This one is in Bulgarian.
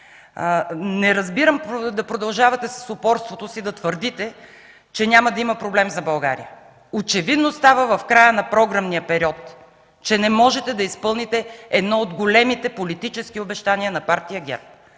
Не разбирам да продължавате с упорството си и да твърдите, че няма да има проблем за България. Очевидно в края на програмния период става ясно, че не можете да изпълните една от големите политически обещания на партия ГЕРБ